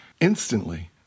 Instantly